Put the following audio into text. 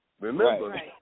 remember